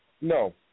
no